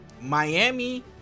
miami